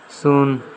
ଶୂନ